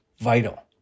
Vital